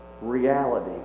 reality